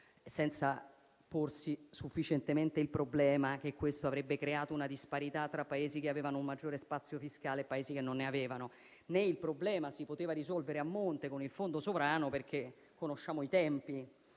senza porsi sufficientemente il problema che questo avrebbe creato una disparità tra Paesi che avevano un maggiore spazio fiscale e Paesi che non ne avevano, né il problema si poteva risolvere a monte con il fondo sovrano, perché conosciamo il tema